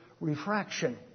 refraction